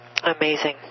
Amazing